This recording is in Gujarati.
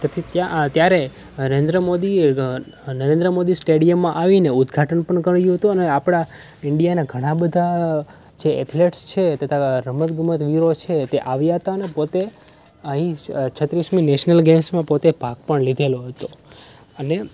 તેથી ત્યાં આ ત્યારે નરેન્દ્ર મોદીએ નરેન્દ્ર મોદી સ્ટેડિયમમાં આવીને ઉદ્ઘાટન પણ કર્યું હતું અને આપણા ઇન્ડિયાનાં ઘણા બધા જે એથલેટ્સ છે તથા રમત ગમત વીરો છે તે આવ્યા હતા અને પોતે અહીં છત્રીસમી નેશનલ ગેમ્સમાં પોતે ભાગ પણ લીધેલો હતો અને